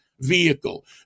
vehicle